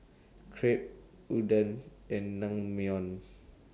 Crepe Udon and Naengmyeon